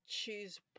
choose